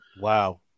Wow